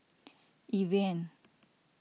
Evian